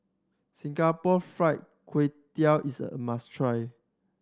Singapore Fried Kway Tiao is a must try